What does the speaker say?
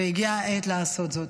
הגיעה העת לעשות זאת.